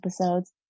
episodes